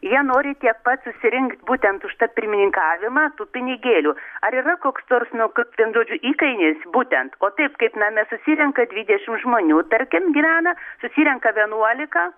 jie nori tiek pats susirinkt būtent už tą pirmininkavimą tų pinigėlių ar yra koks nors nu kad vienu žodžiu įkainis būtent o taip kaip name susirenka dvidešimt žmonių tarkim gyvena susirenka vienuolika